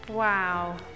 Wow